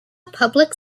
public